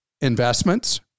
investments